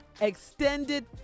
Extended